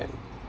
and